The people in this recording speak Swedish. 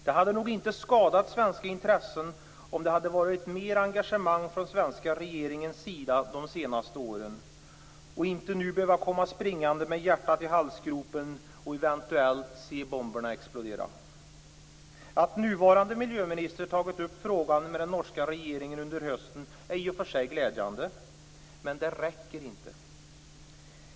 Det hade nog inte skadat svenska intressen om det hade varit mer engagemang från den svenska regeringens sida de senaste åren, så att de inte nu hade behövt komma springande med hjärtat i halsgropen och eventuellt se bomberna explodera. Att nuvarande miljöminister har tagit upp frågan med den norska regeringen under hösten är i och för sig glädjande, men det räcker inte.